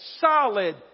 solid